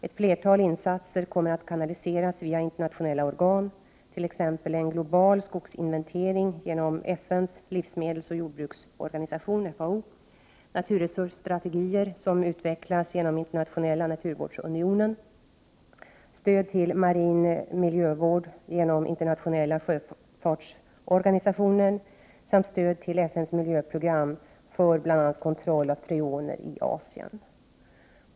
Ett flertal insatser kommer att kanaliseras via internationella organ, t.ex. en global skogsinvestering genom FN:s livsmedelsoch jordbruksorganisation , naturresursstrategier som utvecklas genom internationella naturvårdsunionen , stöd till marin miljövård genom internationella 65 sjöfartsorganisationen samt stöd till FN:s miljöprgram för bl.a. kontroll av freoner i Asien.